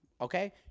okay